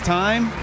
time